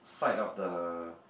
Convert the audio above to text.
side of the